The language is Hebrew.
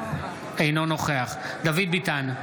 אינו נוכח דוד ביטן,